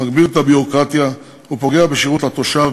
מגביר את הביורוקרטיה ופוגע בשירות לתושב,